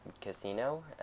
casino